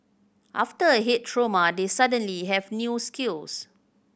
after a head trauma they suddenly have new skills